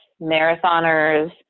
marathoners